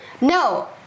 No